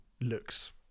looks